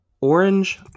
Orange